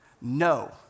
no